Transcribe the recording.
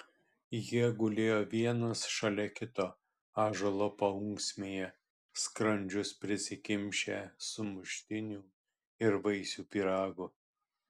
jie gulėjo vienas šalia kito ąžuolo paunksmėje skrandžius prisikimšę sumuštinių ir vaisių pyrago